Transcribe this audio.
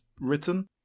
written